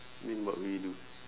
then what would you do